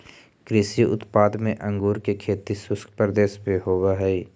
कृषि उत्पाद में अंगूर के खेती शुष्क प्रदेश में होवऽ हइ